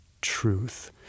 truth